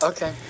Okay